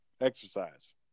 Exercise